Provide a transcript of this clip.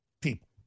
people